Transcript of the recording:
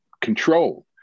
control